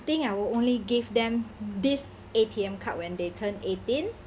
think I will only give them this A_T_M card when they turn eighteen